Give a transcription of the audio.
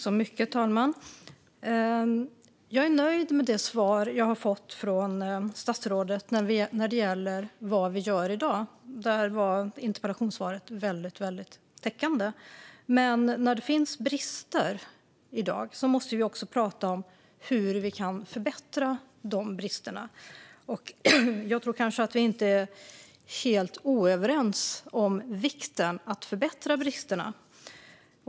Fru talman! Jag är nöjd med det svar jag har fått från statsrådet när det gäller vad vi gör i dag. Där var interpellationssvaret väldigt täckande. Men när det finns brister måste vi också prata om hur vi kan åtgärda dem. Jag tror kanske inte att vi är helt oöverens om vikten av att åtgärda bristerna.